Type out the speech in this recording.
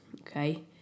Okay